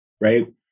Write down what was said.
right